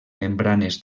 membranes